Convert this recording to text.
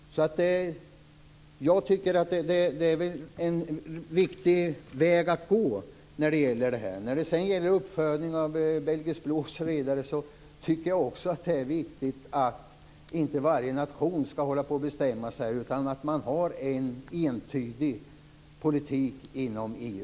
Jag tycker att det är en viktig väg att gå här. När det sedan gäller uppfödning av belgisk blå osv. tycker jag också att det är viktigt att inte varje nation skall hålla på och bestämma utan att man har en entydig politik inom EU.